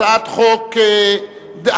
הצעת חוק הדגל,